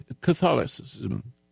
Catholicism